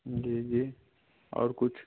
जी जी और कुछ